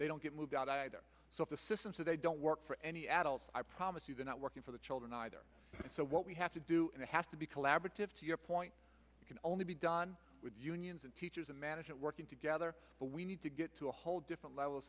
they don't get moved out either so if the system so they don't work for any adults i promise you the not working for the children either so what we have to do and it has to be collaborative to your point can only be done with unions and teachers and management working together but we need to get to a whole different level of